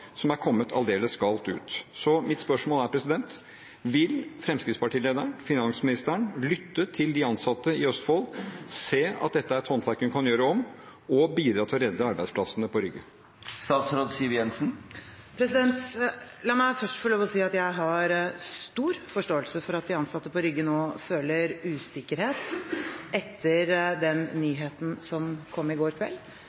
som er kommet aldeles galt ut. Så mitt spørsmål er: Vil Fremskrittsparti-lederen, finansministeren, lytte til de ansatte i Østfold, se at dette er et håndverk hun kan gjøre om, og bidra til å redde arbeidsplassene på Rygge? La meg først få lov til å si at jeg har stor forståelse for at de ansatte på Rygge nå føler usikkerhet etter den